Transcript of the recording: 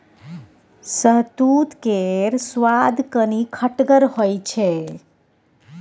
शहतुत केर सुआद कनी खटगर होइ छै